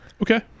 okay